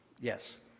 Yes